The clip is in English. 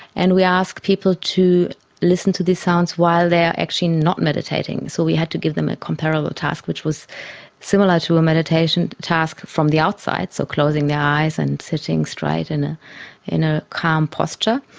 and we ask people to listen to these sounds while they are actually not meditating. so we had to give them a comparable task, which was similar to a meditation task from the outside, so closing the eyes and sitting straight in ah in a calm posture.